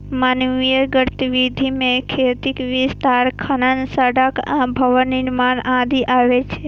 मानवीय गतिविधि मे खेतीक विस्तार, खनन, सड़क आ भवन निर्माण आदि अबै छै